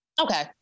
Okay